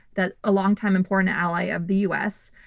that a longtime important ally of the us,